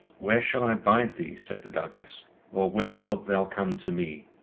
where shall i bide thee? said the douglas or where wilt thou come to me?